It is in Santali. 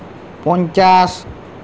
ᱯᱚᱧᱪᱟᱥ